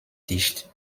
dicht